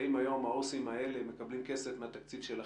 האם היום העובדים הסוציאליים האלה מקבלים כסף מהתקציב שלכם?